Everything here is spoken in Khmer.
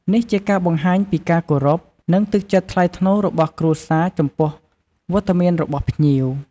នេះជាការបង្ហាញពីការគោរព និងទឹកចិត្តថ្លៃថ្នូររបស់គ្រួសារចំពោះវត្តមានរបស់ភ្ញៀវ។